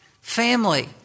family